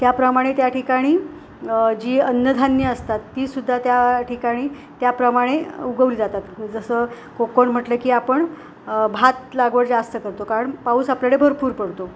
त्याप्रमाणे त्या ठिकाणी जी अन्नधान्यं असतात तीसुद्धा त्या ठिकाणी त्याप्रमाणे उगवली जातात जसं कोकण म्हटलं की आपण भात लागवड जास्त करतो कारण पाऊस आपल्याकडे भरपूर पडतो